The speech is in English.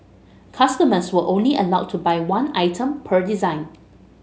customers were only allowed to buy one item per design